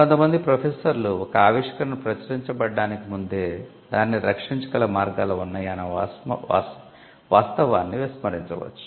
కొంతమంది ప్రొఫెసర్లు ఒక ఆవిష్కరణ ప్రచురించబడటానికి ముందే దానిని రక్షించగల మార్గాలు ఉన్నాయన్న వాస్తవాన్ని విస్మరించవచ్చు